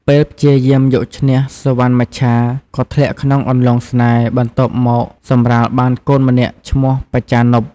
ពេលព្យាយាមយកឈ្នះសុវណ្ណមច្ឆាក៏ធ្លាក់ក្នុងអន្លង់ស្នេហ៍ បន្ទាប់មកសម្រាលបានកូនម្នាក់ឈ្មោះ មច្ចានុប។